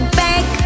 back